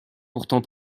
pourtant